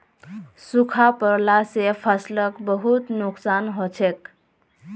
सूखा पोरला से फसलक बहुत नुक्सान हछेक